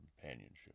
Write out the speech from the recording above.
companionship